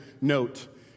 note